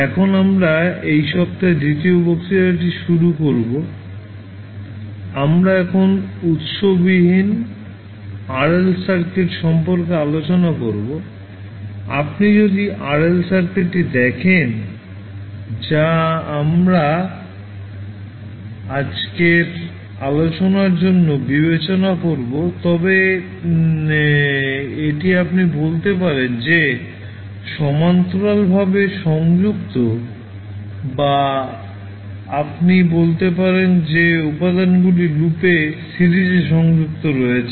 এখন আমরা এই সপ্তাহের দ্বিতীয় বক্তৃতাটি শুরু করব আমরা এখন উৎস বিহীন RL সার্কিট সম্পর্কে আলোচনা করব আপনি যদি RL সার্কিটটি দেখেন যা আমরা আজকের আলোচনার জন্য বিবেচনা করব তবে এটি আপনি বলতে পারেন যে L সমান্তরালভাবে সংযুক্ত বা আপনি বলতে পারেন যে উপাদানগুলি লুপে সিরিজে সংযুক্ত রয়েছে